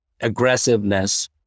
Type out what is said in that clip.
aggressiveness